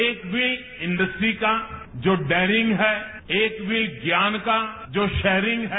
एक विल इंडस्ट्री का जो डेरिंग है एक विल ज्ञान का जो शरिंग है